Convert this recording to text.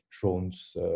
drones